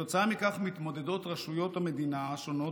כתוצאה מכך מתמודדות רשויות המדינה השונות